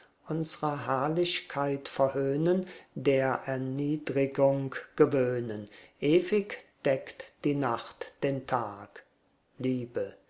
unsrer herrlichkeit verhöhnen der erniedrigung gewöhnen ewig deckt die nacht den tag liebe